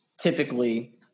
typically